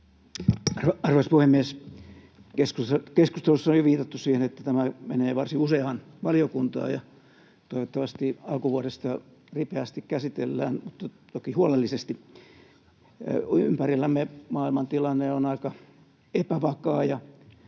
Arvoisa puhemies! Keskustelussa on jo viitattu siihen, että tämä menee varsin useaan valiokuntaan ja toivottavasti alkuvuodesta ripeästi käsitellään, mutta toki huolellisesti. Ympärillämme maailman tilanne on aika epävakaa, ja